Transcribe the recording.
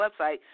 website